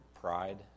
pride